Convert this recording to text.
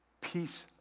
peace